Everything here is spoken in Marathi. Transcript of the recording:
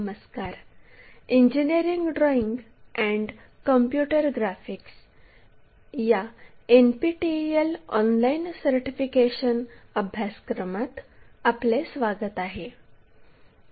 नमस्कार engineering drawing and computer graphics या एनपीटीईएल ऑनलाइन सर्टिफिकेशन अभ्यासक्रमात आपले स्वागत आहे